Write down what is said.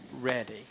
ready